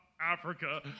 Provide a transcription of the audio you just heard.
Africa